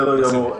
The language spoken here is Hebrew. בסדר גמור.